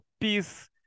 peace